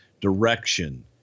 direction